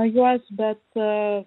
juos bet